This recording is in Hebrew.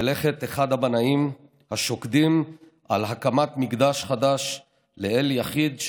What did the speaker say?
מלאכת אחד הבנאים השוקדים על הקמת מקדש חדש לאל יחיד,